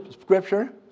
scripture